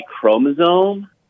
chromosome